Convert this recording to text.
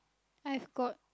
I have got